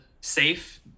safe